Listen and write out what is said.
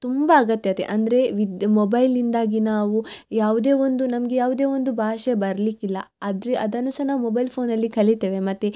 ತುಂಬ ಅಗತ್ಯತೆ ಅಂದರೆ ವಿದ್ ಮೊಬೈಲ್ನಿಂದಾಗಿ ನಾವು ಯಾವುದೇ ಒಂದು ನಮಗೆ ಯಾವುದೇ ಒಂದು ಬಾಷೆ ಬರಲಿಕ್ಕಿಲ್ಲ ಅದ್ರ ಅದನ್ನು ಸಹ ನಾವು ಮೊಬೈಲ್ ಫೋನಲ್ಲಿ ಕಲಿತೇವೆ ಮತ್ತು